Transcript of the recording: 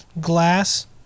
Glass